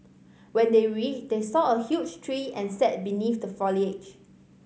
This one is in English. when they reached they saw a huge tree and sat beneath the foliage